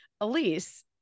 Elise